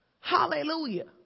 Hallelujah